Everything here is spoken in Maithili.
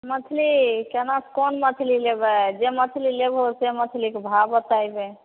मछली केना कोन मछली लेबै जे मछली लेबहो से मछलीके भाव बतैबै